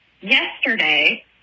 yesterday